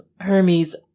Hermes